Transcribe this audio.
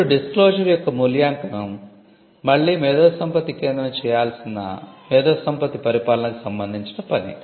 ఇప్పుడు డిస్క్లోశర్ యొక్క మూల్యాంకనం మళ్ళీ మేధోసంపత్తి కేంద్రం చేయాల్సిన మేధోసంపత్తి పరిపాలనకు సంబంధించిన పని